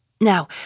Now